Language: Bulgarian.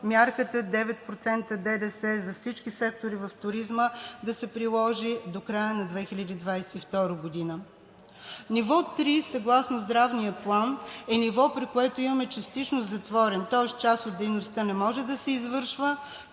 мярката 9% ДДС за всички сектори на туризма да се приложи до края на 2022 г. Ниво 3 съгласно Здравния план е ниво, при което имаме частично затворен, тоест част от дейността не може да се извършва,